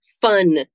fun